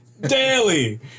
daily